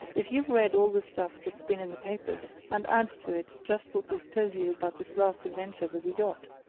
if you've read all the stuff that's been in the papers, and add to it just what we've told you about this last adventure with the yacht,